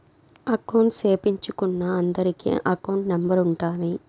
account సేపిచ్చుకున్నా అందరికి account number ఉంటాది